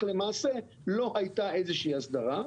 אך למעשה לא הייתה איזושהי הסדרה,